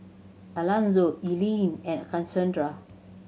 Alanzo Eileen and Casandra